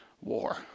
war